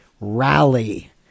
rally